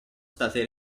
state